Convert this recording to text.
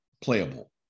playable